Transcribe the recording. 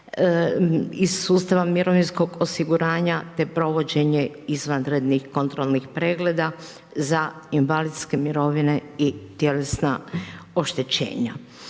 iz sustava mirovinskog osiguranja te provođenje izvanrednih kontrolnih pregleda za invalidske mirovine i tijelesa oštećenja.